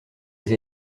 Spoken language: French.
les